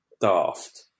daft